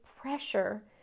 pressure